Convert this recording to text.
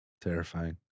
Terrifying